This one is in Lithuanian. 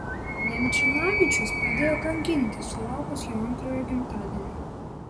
nemčinavičius pradėjo kankinti sulaukus jo antrojo gimtadienio